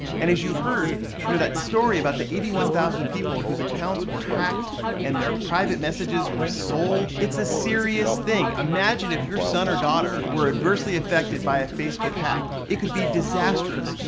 and as you heard that story about the eighty one thousand people whose accounts were hacked and their private messages were sold. it's a serious thing. imagine if your son or daughter were adversely affected by a facebook hack. it could be disastrous,